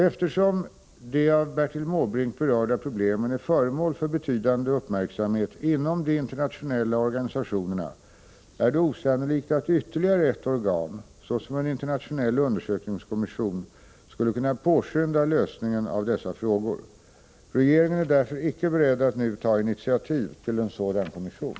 Eftersom de av Bertil Måbrink berörda problemen är föremål för betydande uppmärksamhet inom de internationella organisationerna, är det osannolikt att ytterligare ett organ, såsom en internationell undersökningskommission, skulle kunna påskynda lösningen av dessa frågor. Regeringen är därför icke beredd att nu ta initiativ till en sådan kommission.